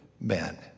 men